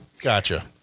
Gotcha